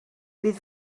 bydd